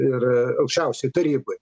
ir aukščiausiai tarybai